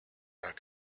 not